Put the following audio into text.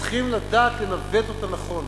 צריכים לדעת לנווט אותה נכון,